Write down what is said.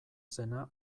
zena